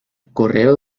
correo